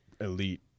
elite